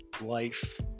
life